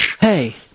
Hey